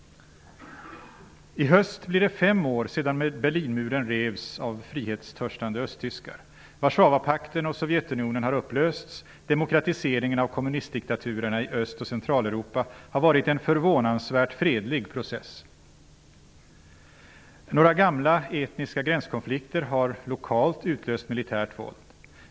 I höst blir det fem år sedan Berlinmuren revs av frihetstörstande östtyskar. Warszawapakten och Sovjetunionen har upplösts. Demokratiseringen av kommunistdiktaturer i Öst och Centraleuropa har varit en förvånansvärt fredlig process. Några gamla etniska gränskonflikter har utlöst militärt våld.